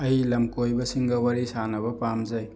ꯑꯩ ꯂꯝ ꯀꯣꯏꯕꯁꯤꯡꯒ ꯋꯥꯔꯤ ꯁꯥꯟꯅꯕ ꯄꯥꯝꯖꯩ